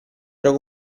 ero